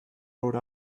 rode